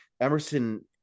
Emerson